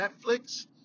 Netflix